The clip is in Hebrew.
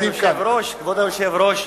גם את הדת היהודית